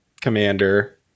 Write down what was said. commander